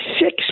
six